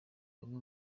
bamwe